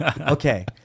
Okay